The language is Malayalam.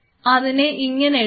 അതിനെ ഇങ്ങനെ എടുക്കുക